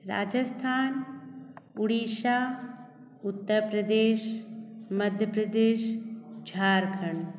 Rajasthan Orissa Uttar Pradesh Madhya Pradesh Jharkhand